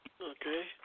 Okay